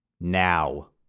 Now